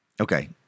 Okay